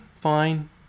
fine